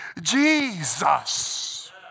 Jesus